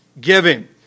giving